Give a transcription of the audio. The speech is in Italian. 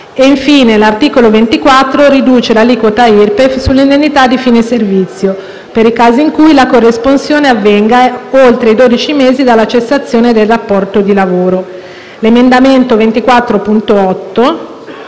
Infine, l'articolo 24 riduce l'aliquota IRPEF sull'indennità di fine servizio per i casi in cui la corresponsione avvenga oltre i dodici mesi dalla cessazione del rapporto di lavoro. L'emendamento 24.8